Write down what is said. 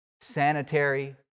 sanitary